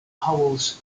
holes